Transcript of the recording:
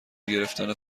گرفتن